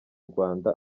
rwanda